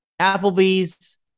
Applebee's